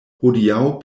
hodiaŭ